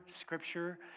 scripture